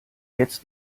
jetzt